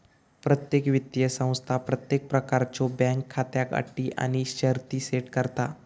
प्रत्येक वित्तीय संस्था प्रत्येक प्रकारच्यो बँक खात्याक अटी आणि शर्ती सेट करता